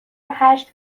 هشت